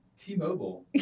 t-mobile